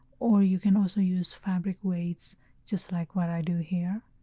or you can also use fabric weights just like what i do here.